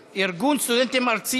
נמנעים.